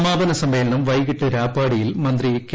സമാപന സമ്മേളനം വ്യൈകീട്ട് രാപ്പാടിയിൽ മന്ത്രി കെ